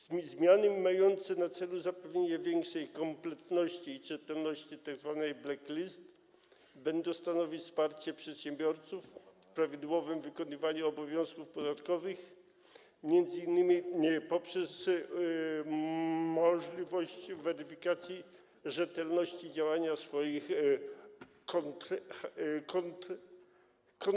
Zmiany mające na celu zapewnienie większej kompletności i czytelności tzw. black list będą stanowić wsparcie przedsiębiorców w prawidłowym wykonywaniu obowiązków podatkowych, m.in. poprzez możliwość weryfikacji rzetelności działania swoich kontrahentów.